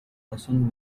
hasten